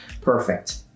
perfect